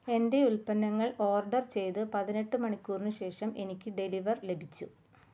എന്റെ ഉൽപ്പന്നങ്ങൾ ഓർഡർ ചെയ്ത് പതിനെട്ട് മണിക്കൂറിന് ശേഷം എനിക്ക് ഡെലിവർ ലഭിച്ചു